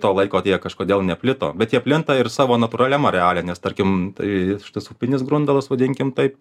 to laiko tai jie kažkodėl neplito bet jie plinta ir savo natūraliam areale nes tarkim tai šitas upinis grundalas vadinkim taip